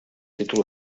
títol